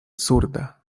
surda